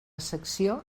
secció